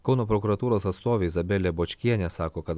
kauno prokuratūros atstovė izabelė bočkienė sako kad